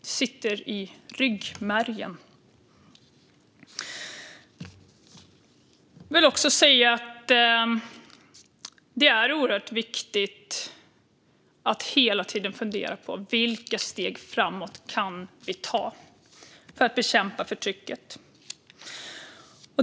Det sitter i ryggmärgen. Jag vill också säga att det är oerhört viktigt att hela tiden fundera på vilka steg framåt vi kan ta för att bekämpa förtrycket.